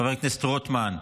חבר הכנסת רוטמן,